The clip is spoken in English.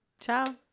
ciao